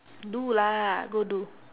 do lah go do